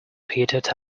petered